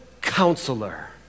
counselor